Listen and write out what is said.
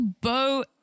Bo